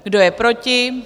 Kdo je proti?